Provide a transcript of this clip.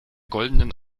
goldenen